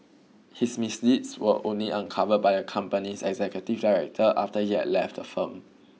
his misdeeds were only uncovered by the company's executive director after he had left the firm